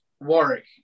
Warwick